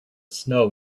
snow